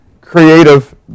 creative